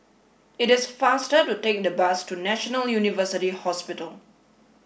it is faster to take the bus to National University Hospital